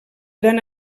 gran